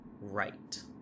Right